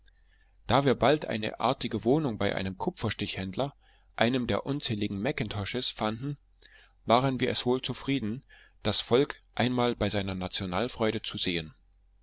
da wir bald eine artige wohnung bei einem kupferstichhändler einem der unzähligen mackintoshes fanden waren wir es wohl zufrieden das volk einmal in seiner nationalfreude zu sehen